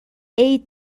عید